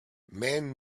man